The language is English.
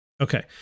Okay